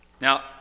Now